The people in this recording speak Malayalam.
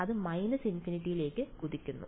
അത് −∞ ലേക്ക് കുതിക്കുന്നു